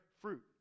fruit